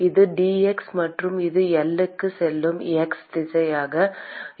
இது dx மற்றும் இது L க்கு செல்லும் x திசையாக இருக்கட்டும்